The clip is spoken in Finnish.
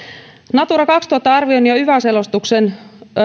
natura kaksituhatta arvioinnin ja yva selostuksen